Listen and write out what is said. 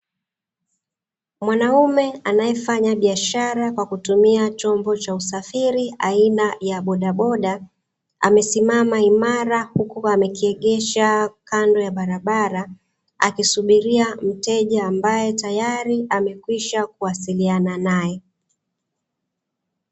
Mwanaume anaye fanya biashara kwa kutumia chombo cha usafiri aina ya bodaboda amesimama imara huku amekiegesha kando ya barabara akisubilia mteja ambaye amekwisha wasiliana nae.